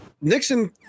Nixon